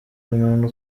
umuntu